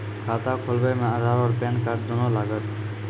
खाता खोलबे मे आधार और पेन कार्ड दोनों लागत?